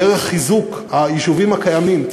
דרך חיזוק היישובים הקיימים,